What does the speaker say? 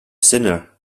sinner